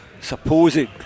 supposing